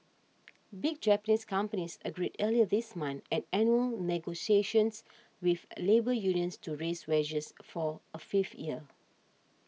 big Japanese companies agreed earlier this month at annual negotiations with labour unions to raise wages for a fifth year